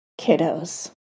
kiddos